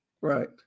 right